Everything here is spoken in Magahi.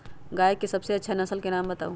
गाय के सबसे अच्छा नसल के नाम बताऊ?